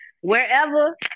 wherever